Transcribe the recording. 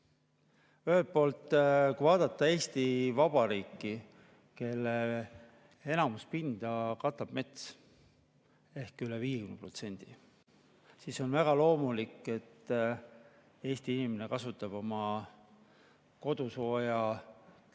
poolt, kui vaadata Eesti Vabariiki, mille enamikku pinda katab mets, mida on üle 50%, siis on väga loomulik, et Eesti inimene kasutab oma kodusooja [saamiseks]